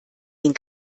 den